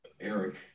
Eric